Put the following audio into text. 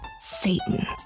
Satan